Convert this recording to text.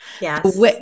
Yes